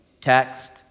Text